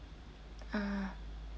ah